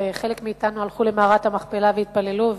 חלק מאתנו הלכו למערת המכפלה והתפללו,